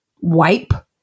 wipe